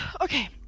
Okay